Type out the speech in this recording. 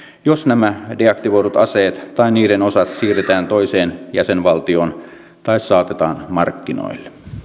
jos nämä deaktivoidut aseet tai niiden osat siirretään toiseen jäsenvaltioon tai saatetaan markkinoille